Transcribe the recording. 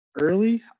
early